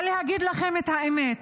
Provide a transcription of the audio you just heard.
אבל אני אגיד לכם את האמת: